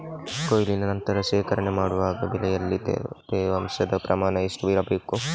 ಕೊಯ್ಲಿನ ನಂತರ ಶೇಖರಣೆ ಮಾಡುವಾಗ ಬೆಳೆಯಲ್ಲಿ ತೇವಾಂಶದ ಪ್ರಮಾಣ ಎಷ್ಟು ಇರಬೇಕು?